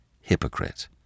hypocrite